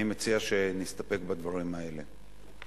אני מציע שנסתפק בדברים האלה.